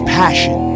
passion